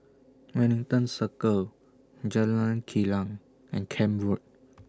Wellington Circle Jalan Kilang and Camp Road